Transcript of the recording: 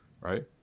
right